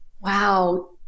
Wow